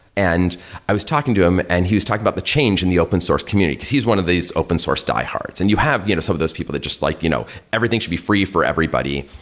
and i was talking to um and he was talking about the change in the open-source community, because he's one of these open-source diehards, and you have you know some of those people that just like you know everything should be free for everybody.